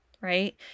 right